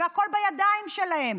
והכול בידיים שלהם,